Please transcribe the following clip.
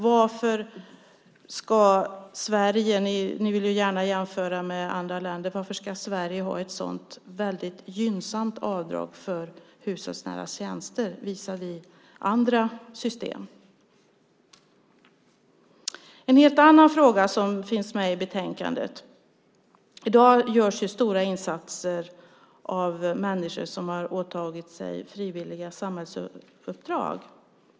Varför ska Sverige - ni vill ju gärna jämföra med andra länder - ha ett sådant väldigt gynnsamt avdrag för hushållsnära tjänster visavi andra system? Det finns en helt annan fråga som finns med i betänkandet. I dag görs stora insatser av människor som har åtagit sig frivilliga samhällsuppdrag.